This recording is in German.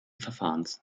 verfahrens